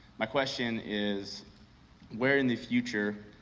my question is where in the future,